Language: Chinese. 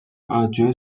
耳蕨